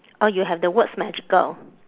orh you have the words magical